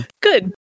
Good